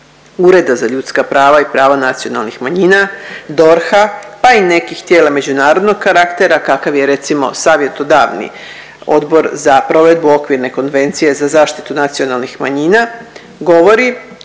Ureda za ljudska prava i prava nacionalnih manjina, DORH-a, pa i nekih tijela međunarodnog karaktera kakav je recimo savjetodavni Odbor za provedbu okvirne Konvencije za zaštitu nacionalnih manjina govori